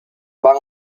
van